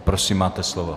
Prosím, máte slovo.